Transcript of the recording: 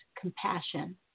compassion